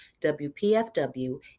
WPFW